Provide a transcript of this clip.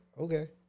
okay